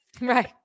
Right